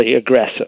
aggressive